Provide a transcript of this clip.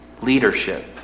leadership